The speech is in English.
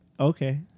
Okay